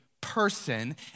person